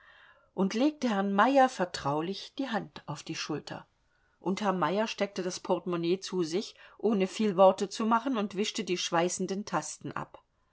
und legte herrn meyer vertraulich die hand auf die schulter und herr meyer steckte das portemonnaie zu sich ohne viel worte zu machen und wischte die schweißenden tasten ab